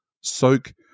soak